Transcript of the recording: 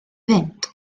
fynd